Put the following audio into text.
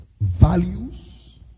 values